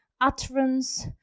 utterance